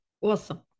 Awesome